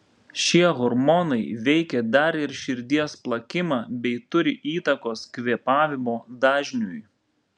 šie hormonai veikia dar ir širdies plakimą bei turi įtakos kvėpavimo dažniui